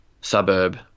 suburb